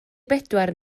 bedwar